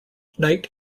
knight